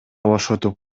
бошотуп